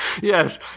Yes